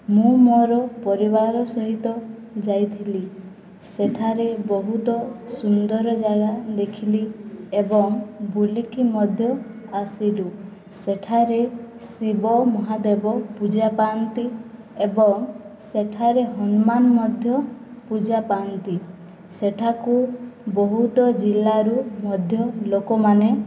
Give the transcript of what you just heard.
ମୁଁ ମୋର ପରିବାର ସହିତ ଯାଇଥିଲି ସେଠାରେ ବହୁତ ସୁନ୍ଦର ଜାଗା ଦେଖିଲି ଏବଂ ବୁଲିକି ମଧ୍ୟ ଆସିଲୁ ସେଠାରେ ଶିବ ମହାଦେବ ପୂଜା ପାଆନ୍ତି ଏବଂ ସେଠାରେ ହନୁମାନ ମଧ୍ୟ ପୂଜା ପାଆନ୍ତି ସେଠାକୁ ବହୁତ ଜିଲ୍ଲାରୁ ମଧ୍ୟ ଲୋକମାନେ